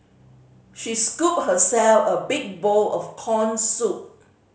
she scooped herself a big bowl of corn soup